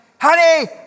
honey